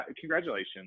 congratulations